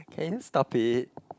can you stop it